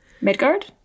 Midgard